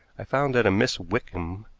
i found that a miss wickham,